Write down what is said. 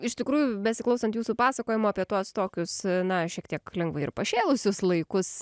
iš tikrųjų besiklausant jūsų pasakojimo apie tuos tokius na šiek tiek lengvai ir pašėlusius laikus